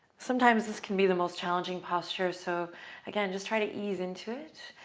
sometimes this can be the most challenging posture. so again, just try to ease into it.